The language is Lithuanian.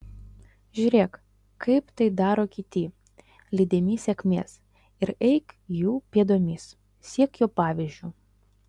žiūrėk kaip tai daro kiti lydimi sėkmės ir eik jų pėdomis sek jų pavyzdžiu